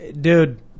Dude